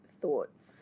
thoughts